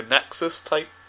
Nexus-type